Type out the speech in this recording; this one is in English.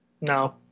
no